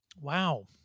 wow